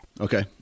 Okay